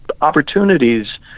opportunities